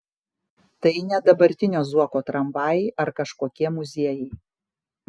tai ne dabartinio zuoko tramvajai ar kažkokie muziejai